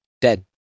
Dead